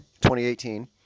2018